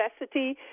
necessity